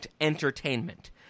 entertainment